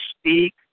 speak